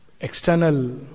external